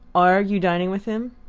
are you dining with him?